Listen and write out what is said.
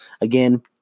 again